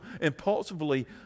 impulsively